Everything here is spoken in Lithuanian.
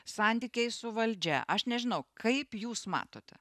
santykiai su valdžia aš nežinau kaip jūs matote